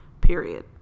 period